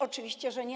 Oczywiście, że nie.